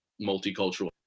multicultural